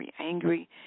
angry